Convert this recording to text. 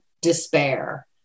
despair